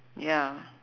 ya